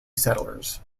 settlers